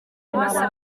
bose